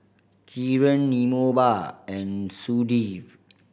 Kiran Vinoba and Sudhir